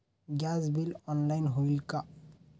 Gas bill online होईल का?